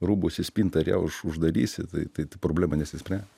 rūbus į spintą ir ją už uždarysi tai tai problema nesispręs